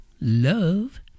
love